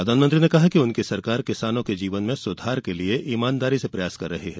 प्रधानमंत्री ने कहा कि उनकी सरकार किसानों के जीवन में सुधार के लिए ईमानदारी से प्रयास कर रही है